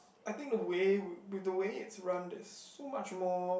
I think the way with the way it's run it's so much more